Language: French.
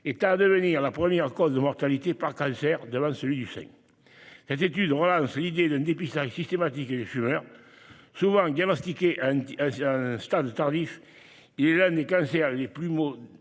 tend à devenir la première cause de mortalité par cancer, devant celui du sein. Cette étude relance l'idée d'un dépistage systématique des fumeurs. Souvent diagnostiqué à un stade tardif, le cancer du poumon